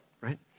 right